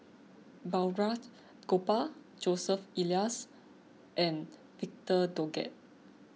Balraj Gopal Joseph Elias and Victor Doggett